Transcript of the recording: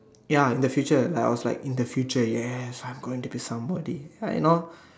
ya in the future like I was like in the future yes I'm going to be somebody like you know